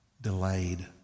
delayed